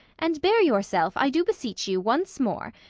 and bear your self, i do beseech you, once more,